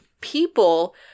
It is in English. people